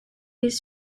les